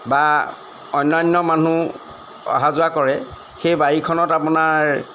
বা অন্যান্য মানুহ অহা যোৱা কৰে সেই বাৰীখনত আপোনাৰ